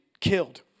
killed